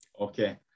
Okay